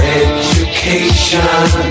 education